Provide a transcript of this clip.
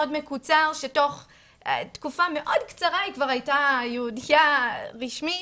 מקוצר שתוך תקופה מאוד קצרה היא כבר הייתה יהודייה רשמית,